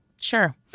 Sure